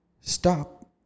stop